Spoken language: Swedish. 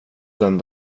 den